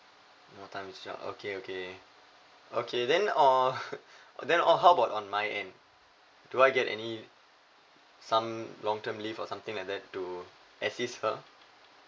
no times jobs okay okay okay then or then or how about on my end do I get any some long term leave or something like that to assist her